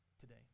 today